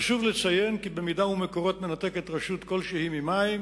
חשוב לציין כי במידה ש"מקורות" מנתקת רשות כלשהי ממים,